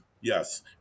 yes